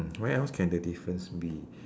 where else can the difference be